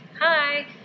Hi